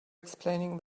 explaining